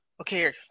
okay